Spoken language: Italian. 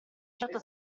certo